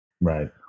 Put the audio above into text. Right